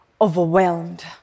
overwhelmed